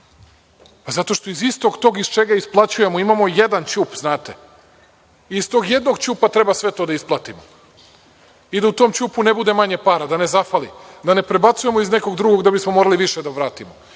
Pa zato što iz istog tog iz čega isplaćujemo, imamo jedan ćup znate, iz tog jednog ćupa treba sve to da isplatimo i da u tom ćupu ne bude manje para, da ne zafali, da ne prebacujemo iz nekog drugog da bismo morali više da vratimo.I